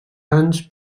anys